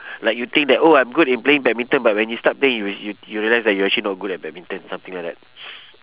like you think that oh I'm good in playing badminton but when you start playing you you you realise that you are actually not good at badminton something like that